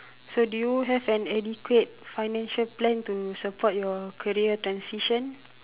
so do you have an adequate financial plan to support your career transition